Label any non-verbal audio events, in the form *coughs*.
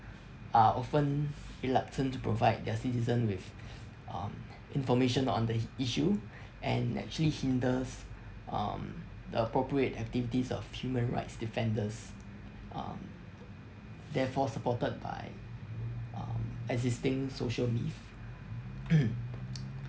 are often reluctant to provide their citizen with *breath* um information on the issue and actually hinders um the appropriate activities of human rights defenders um therefore supported by um existing social myth *coughs*